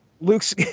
Luke's